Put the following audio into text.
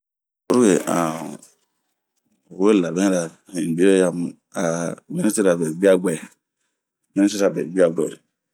Purke an we n'labɛnra hinbio yamu ah minitira be buyabwɛn ,minitira be buyabwɛn